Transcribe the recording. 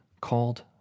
called